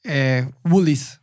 Woolies